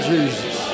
Jesus